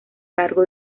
cargo